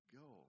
go